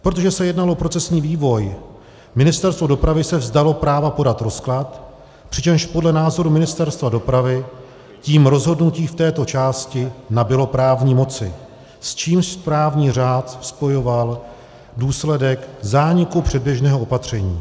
Protože se jednalo o procesní vývoj, Ministerstvo dopravy se vzdalo práva podat rozklad, přičemž podle názoru Ministerstva dopravy tím rozhodnutí v této části nabylo právní moci, s čímž správní řád spojoval důsledek zániku předběžného opatření.